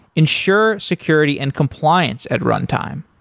ensure security and compliance at runtime.